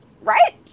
right